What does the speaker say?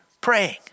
praying